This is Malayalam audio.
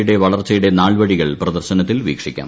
യുടെ വളർച്ചയുടെ നാൾവഴികൾ പ്രദർശനത്തിൽ വീക്ഷിക്കാം